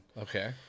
Okay